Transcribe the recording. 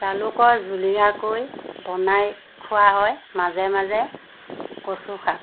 জালুকৰ জুলীয়াকৈ বনাই খোৱা হয় মাজে মাজে কচু শাক